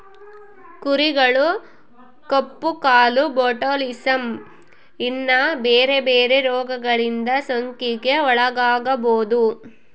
ಕುರಿಗಳು ಕಪ್ಪು ಕಾಲು, ಬೊಟುಲಿಸಮ್, ಇನ್ನ ಬೆರೆ ಬೆರೆ ರೋಗಗಳಿಂದ ಸೋಂಕಿಗೆ ಒಳಗಾಗಬೊದು